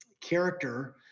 character